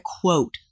quote